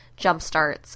jumpstarts